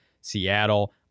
Seattle